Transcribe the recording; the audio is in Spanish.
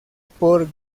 por